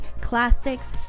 classics